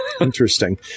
interesting